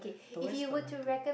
the west got nothing